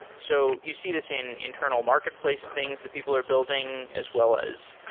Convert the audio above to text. so you see this in internal marketplace things that people are building as well as,